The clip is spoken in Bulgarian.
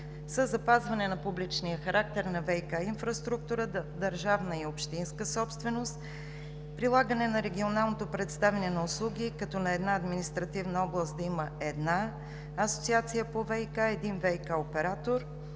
са запазване на публичния характер на ВиК инфраструктурата – държавна и общинска собственост, прилагане на регионалното представяне на услуги, като на една административна област да има една асоциация по ВиК, един ВиК оператор,